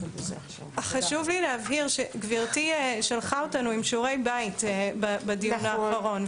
חשוב לי להבהיר שגברתי שלחה אותנו עם שיעורי בית בדיון האחרון.